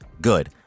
good